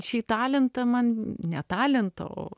šį talentą man ne talentą o